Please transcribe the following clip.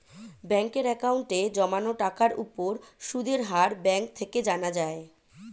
ব্যাঙ্কের অ্যাকাউন্টে জমানো টাকার উপর সুদের হার ব্যাঙ্ক থেকে জানা যায়